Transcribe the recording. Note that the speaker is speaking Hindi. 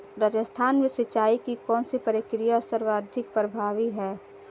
राजस्थान में सिंचाई की कौनसी प्रक्रिया सर्वाधिक प्रभावी है?